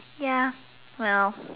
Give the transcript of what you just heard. ya well